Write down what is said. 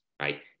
right